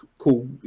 Cool